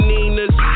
Nina's